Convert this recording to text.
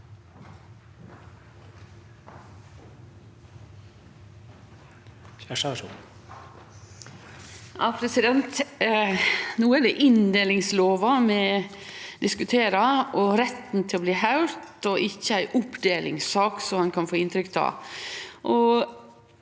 No er det inn- delingslova vi diskuterer, og retten til å bli høyrt – ikkje ei oppdelingssak, som ein kan få inntrykk av.